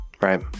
right